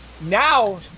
now